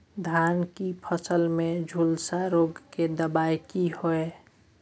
धान की फसल में झुलसा रोग की दबाय की हय?